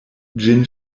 ĝin